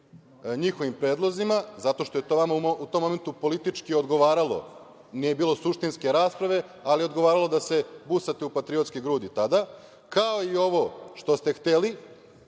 njihovim predlozima zato što je to vama u tom momentu politički odgovaralo. Nije bilo suštinske rasprave, ali odgovaralo je da se busate u patriotske grudi tada, kao i ovo što ste hteli